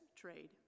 trade